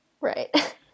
Right